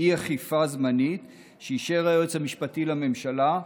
אי-אכיפה זמנית שאישר היועץ המשפטי לממשלה,